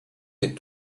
des